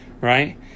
Right